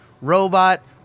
Robot